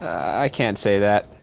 i can't say that.